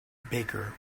baker